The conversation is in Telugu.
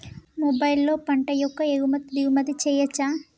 మొబైల్లో పంట యొక్క ఎగుమతి దిగుమతి చెయ్యచ్చా?